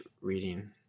reading